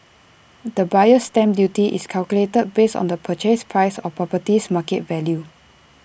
the buyer's stamp duty is calculated based on the purchase price or property's market value